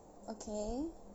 okay